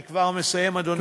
אני כבר מסיים, אדוני.